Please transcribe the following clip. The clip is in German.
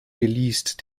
geleast